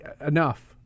Enough